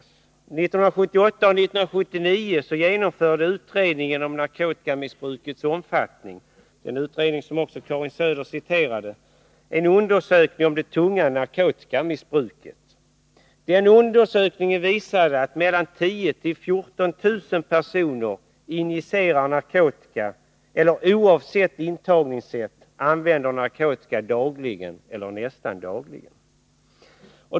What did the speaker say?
Åren 1978 och 1979 genomförde utredningen om narkotikamissbrukets omfattning—en utredning som Karin Söder citerade ur — en undersökning om det tunga narkotikamissbruket. Undersökningen visade att mellan 10 000 och 14000 personer injicerade narkotika eller, oavsett intagningssätt, använde narkotika dagligen eller nästan dagligen.